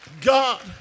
God